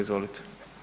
Izvolite.